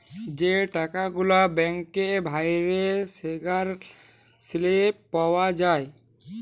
যে টাকা গুলা ব্যাংকে ভ্যইরে সেগলার সিলিপ পাউয়া যায়